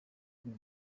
kuri